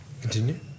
Continue